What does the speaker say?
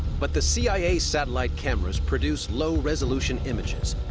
but the cia satellite cameras produce low-resolution images.